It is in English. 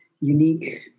unique